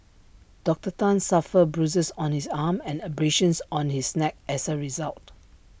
Doctor Tan suffered bruises on his arm and abrasions on his neck as A result